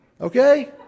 Okay